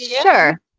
Sure